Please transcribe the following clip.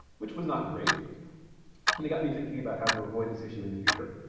which was not great and it got me thinking about how to avoid this issue in the future